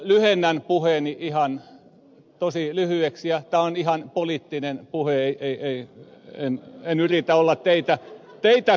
lyhennän puheeni ihan tosi lyhyeksi ja tämä on ihan poliittinen puhe en yritä olla teitä fiksumpi